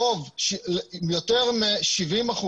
יותר מ-70%,